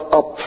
up